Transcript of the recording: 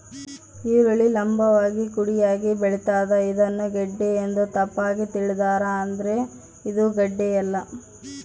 ಈರುಳ್ಳಿ ಲಂಭವಾಗಿ ಕುಡಿಯಾಗಿ ಬೆಳಿತಾದ ಇದನ್ನ ಗೆಡ್ಡೆ ಎಂದು ತಪ್ಪಾಗಿ ತಿಳಿದಾರ ಆದ್ರೆ ಇದು ಗಡ್ಡೆಯಲ್ಲ